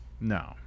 no